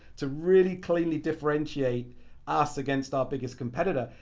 to really clearly differentiate us against our biggest competitor.